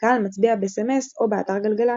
והקהל מצביע ב-SMS או באתר גלגלצ,